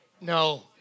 No